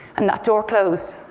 and that door closed.